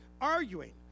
arguing